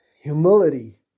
humility